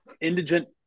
indigent